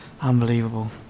Unbelievable